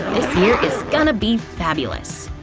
year is gonna be fabulous!